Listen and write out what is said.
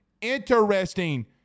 interesting